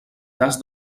cas